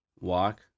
Walk